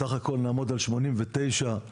סך הכול נעמוד על 89 יחידות,